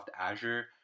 Azure